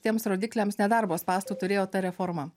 šiems rodikliams nedarbo spąstų turėjo ta reforma